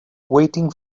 waiting